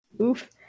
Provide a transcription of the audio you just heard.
oof